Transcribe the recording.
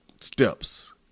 steps